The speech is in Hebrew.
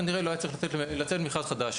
כנראה לא היה צריך לצאת מכרז חדש.